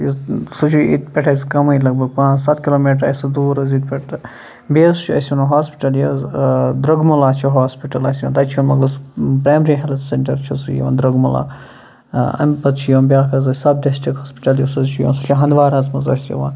سُہ چھُ ییٚتہِ پٮ۪ٹھ اسہِ کَمٕے لگ بگ پانٛژھ سَتھ کِلومیٖٹَر اسہِ دوٗر ییٚتہِ پٮ۪ٹھ تہٕ بییہِ حظ چھُ أسۍ وَنو ہوسپِٹَل دُرۄغمَلہ چھُ اَکھ ہوسپِٹَل اسہِ تَتہِ چھُ مَگر سُہ پریمری ہیلتھ سینٛٹَر چھُ سُہ یِوان دُرۄغملہ امہِ پتہٕ چھُ یِوان بیاکھ حظ اسہِ سَب ڈِسٹِرک ہوسپِٹَل یُس حظ چھُ یِوان سُہ چھُ یِوان ہَنٛدواراہس منٛز اسہِ یِوان